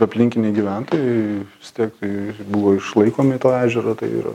aplinkiniai gyventojai vis tiek ir buvo išlaikomi to ežero tai yra